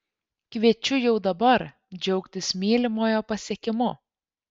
kviečiu jau dabar džiaugtis mylimojo pasiekimu